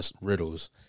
riddles